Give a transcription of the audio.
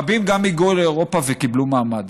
רבים גם הגיעו לאירופה וקיבלו מעמד,